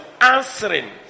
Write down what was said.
answering